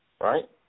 Right